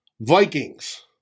Vikings